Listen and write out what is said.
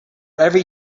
every